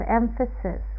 emphasis